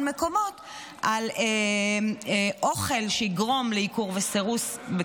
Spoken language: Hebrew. מקומות על אוכל שיגרום לעיקור וסירוס,